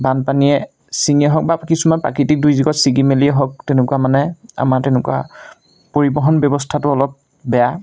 বানপানীয়ে ছিঙিয়ে হওক বা কিছুমান প্ৰাকৃতিক দুৰ্যোগত ছিগি মেলিয়েই হওক তেনেকুৱা মানে আমাৰ তেনেকুৱা পৰিবহণ ব্যৱস্থাটো অলপ বেয়া